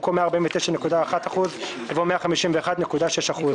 במקום "149.1%" יבוא "151.6%".